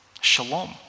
Shalom